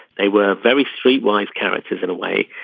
they were very streetwise characters in a way.